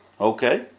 Okay